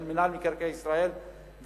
של מינהל מקרקעי ישראל,